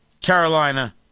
Carolina